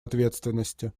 ответственности